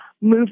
move